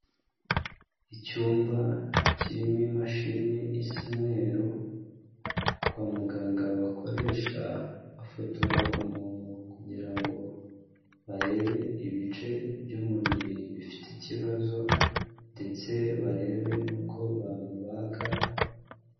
Icyumba kirimo imashini isa umweru kwa muganga bakoresha bafotora umuntu kugira ngo barebe ibice by'umubiri bifite ikibazo ndetse barebe n'uko bamubaga...